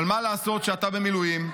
אבל מה לעשות שאתה במילואים,